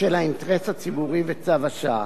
בשל האינטרס הציבורי וצו השעה.